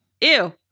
Ew